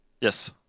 Yes